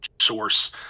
source